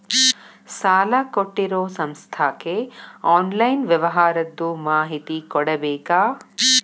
ಸಾಲಾ ಕೊಟ್ಟಿರೋ ಸಂಸ್ಥಾಕ್ಕೆ ಆನ್ಲೈನ್ ವ್ಯವಹಾರದ್ದು ಮಾಹಿತಿ ಕೊಡಬೇಕಾ?